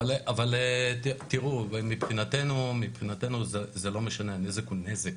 תראו, מבחינתנו זה לא משנה, הנזק הוא נזק